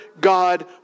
God